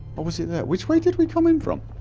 what was in there? which way did we come in from?